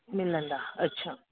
मिलंदा अच्छा